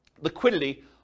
liquidity